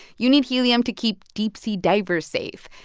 you need helium to keep deep-sea divers safe.